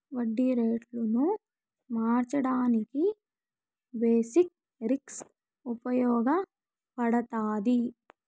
వడ్డీ రేటును మార్చడానికి బేసిక్ రిస్క్ ఉపయగపడతాది